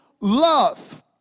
love